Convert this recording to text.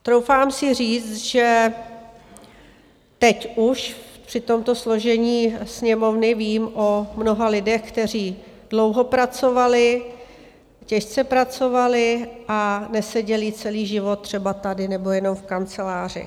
Troufám si říct, že teď už při tomto složení Sněmovny vím o mnoha lidech, kteří dlouho pracovali, těžce pracovali a neseděli celý život třeba tady nebo jenom v kanceláři.